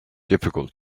difficult